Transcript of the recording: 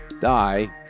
die